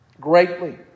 Greatly